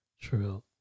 True